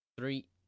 Three